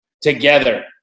together